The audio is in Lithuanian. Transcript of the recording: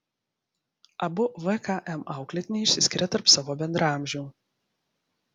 abu vkm auklėtiniai išsiskiria tarp savo bendraamžių